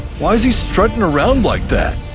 why'd he strutting around like that?